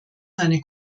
seine